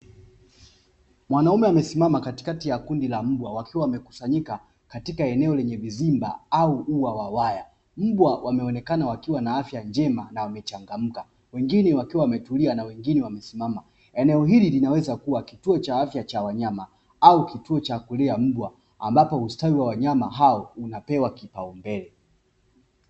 Mwanaume amesimama katikati ya kundi la mbwa wakiwa wamekusanyika katika eneo lenye vizimba au ua wa waya, mbwa wameonekana wakiwa na afya njema na wamechangamka, wengine wakiwa wametulia na wengine wamesimama, eneo hili linaweza kuwa, cha afya cha wanyama au, cha kulia mbwa ambapo ustawi wa wanyama hao unapewa kipaumbele.